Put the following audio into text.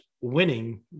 winning